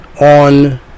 on